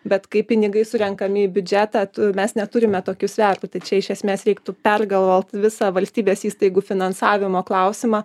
bet kai pinigai surenkami į biudžetą tu mes neturime tokių svertų tai čia iš esmės reiktų pergalvot visą valstybės įstaigų finansavimo klausimą